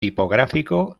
tipógrafo